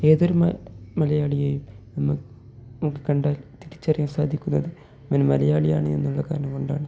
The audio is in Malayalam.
ഏതൊരു മ മലയാളിയെയും നമു നമുക്ക് കണ്ടാൽ തിരിച്ചറിയാൻ സാധിക്കുന്നത് അവൻ മലയാളിയാണ് എന്നുള്ള കാരണം കൊണ്ടാണ്